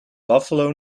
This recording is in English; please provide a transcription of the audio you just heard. buffalo